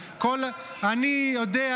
אני לא אגף תקציבים.